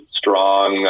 strong